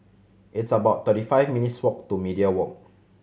it's about thirty five minutes' walk to Media Walk